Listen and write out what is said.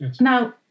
Now